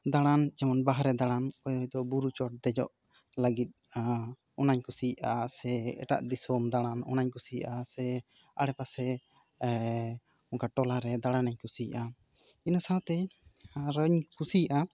ᱫᱟᱬᱟᱱ ᱡᱮᱢᱚᱱ ᱵᱟᱦᱨᱮ ᱫᱟᱬᱟᱱ ᱵᱩᱨᱩ ᱪᱚᱴ ᱫᱮᱡᱚᱜ ᱞᱟᱹᱜᱤᱫ ᱚᱱᱟᱧ ᱠᱩᱥᱤᱭᱟᱜᱼᱟ ᱥᱮ ᱮᱴᱟᱜ ᱫᱤᱥᱚᱢ ᱫᱟᱬᱟᱱ ᱚᱱᱟᱧ ᱠᱩᱥᱤᱭᱟᱜᱼᱟ ᱥᱮ ᱟᱲᱮ ᱯᱟᱥᱮ ᱮ ᱴᱚᱞᱟ ᱨᱮ ᱫᱟᱬᱟᱱᱮ ᱠᱩᱥᱤᱭᱟᱜᱼᱟ ᱤᱱᱟᱹ ᱥᱟᱶᱛᱮ ᱟᱨ ᱤᱧ ᱠᱩᱥᱤᱭᱟᱜᱼᱟ